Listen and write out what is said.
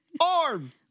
arm